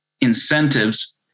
incentives